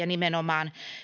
nimenomaan